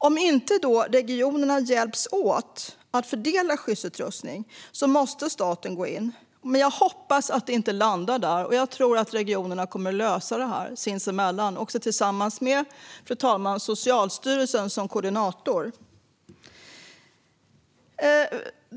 Om inte regionerna hjälps åt att fördela skyddsutrustning måste staten gå in, men jag hoppas att det inte landar där. Jag tror att regionerna kommer att lösa detta sinsemellan, också tillsammans med Socialstyrelsen som koordinator.